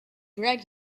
greg